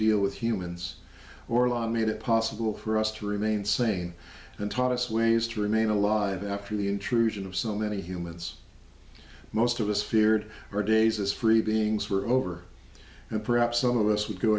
deal with humans or law made it possible for us to remain sane and taught us ways to remain alive after the intrusion of so many humans most of us feared for days as free beings were over and perhaps some of us would go